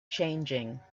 changing